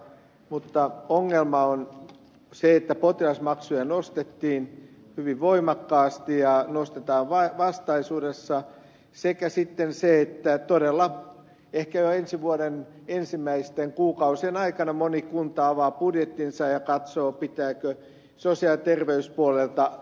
mutta ongelma on se että potilasmaksuja nostettiin hyvin voimakkaasti ja nostetaan vastaisuudessa sekä sitten se että todella ehkä jo ensi vuoden ensimmäisten kuukausien aikana moni kunta avaa budjettinsa ja katsoo pitääkö sosiaali ja terveyspuolelta leikata